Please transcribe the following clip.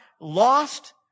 lost